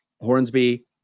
Hornsby